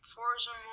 Forza